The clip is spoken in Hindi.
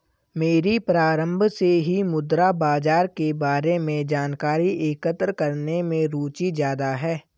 मेरी प्रारम्भ से ही मुद्रा बाजार के बारे में जानकारी एकत्र करने में रुचि ज्यादा है